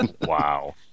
Wow